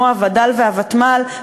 כמו הווד"ל והוותמ"ל,